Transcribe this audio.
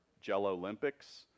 Jell-Olympics